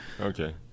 Okay